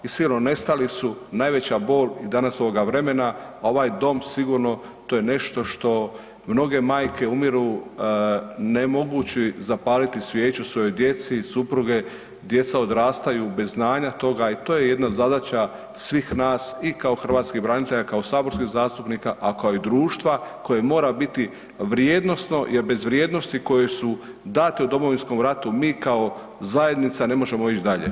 I sigurno nestali su najveća bol i danas ovoga vremena, a ovaj Dom sigurno to je nešto što mnoge majke umiru ne mogući zapaliti svijeću svojoj djeci, supruge, djeca odrastaju bez znanja toga i to je jedna zadaća svih nas i kao hrvatskih branitelja kao saborskih zastupnika, a kao i društva koje mora biti vrijednosno jer bez vrijednosti koje su date u Domovinskom ratu mi kao zajednica ne možemo ići dalje.